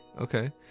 okay